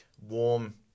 warm